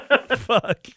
fuck